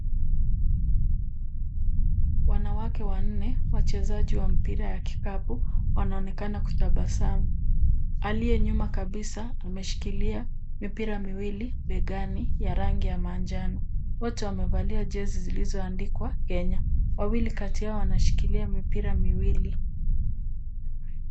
Wanawake wanne wachezaji wa mpira ya kikapu, wanaonekana kutabasamu. Aliye nyuma kabisa ameshikilia mipira miwili begani, ya rangi ya manjano. Wote wamevalia jezi zilizoandikwa Kenya. Wawili kati yao wanashikilia mipira miwili.